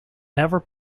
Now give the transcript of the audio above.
ever